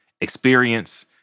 experience